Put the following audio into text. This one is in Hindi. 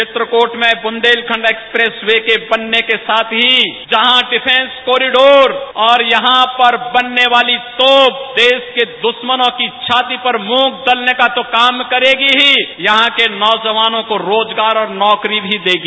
चित्रकूट में बुन्देलखंड एक्सप्रेस वे के बनने के साथ ही जहां डिफेंस कॉरिबोर और यहां पर बनने वाली तोप देश के दुस्मनों की छाती पर मूंग दलने का तो काम करेगी ही यहां के नौजवानों को रोजगार और नौकरी भी देगी